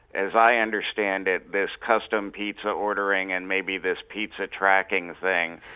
as i understand it, this custom pizza ordering and maybe this pizza tracking thing.